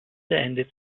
ende